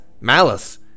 Malice